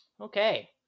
Okay